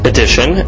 Edition